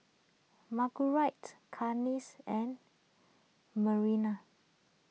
Margurite Cassie and Mariann